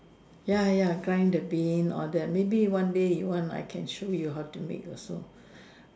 ya ya grind the Bean or that maybe one day you want I can show you how to make also